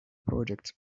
projects